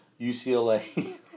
UCLA